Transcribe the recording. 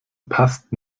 passt